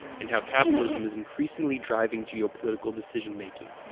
and how capitalism is increasingly driving geopolitical decision-making.